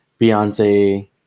Beyonce